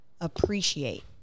appreciate